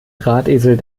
drahtesel